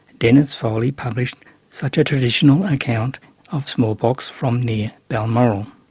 dennis foley published such a traditional account of smallpox from near balmoral.